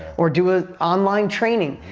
or do an online training?